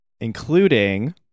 including